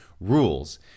rules